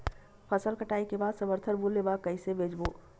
फसल कटाई के बाद समर्थन मूल्य मा कइसे बेचबो?